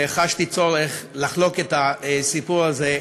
וחשתי צורך לחלוק את הסיפור הזה,